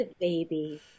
baby